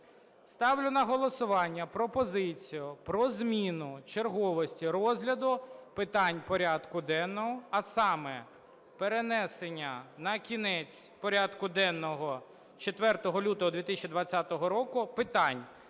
Ставлю на голосування пропозицію про зміну черговості розгляду питань порядку денного, а саме перенесення на кінець порядку денного 4 лютого 2020 року питань: